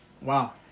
Wow